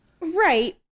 Right